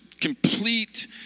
complete